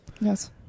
Yes